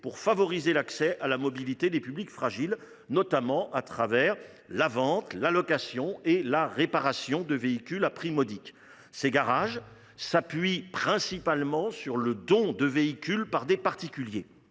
pour favoriser l’accès à la mobilité des publics fragiles, notamment grâce à la vente, la location et la réparation de véhicules à prix modique. Ces garages s’appuient principalement sur les dons de véhicules réalisés par des particuliers.